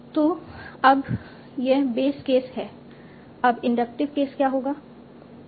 तो अब यह बेस केस है अब इंडक्टिव केस क्या होगा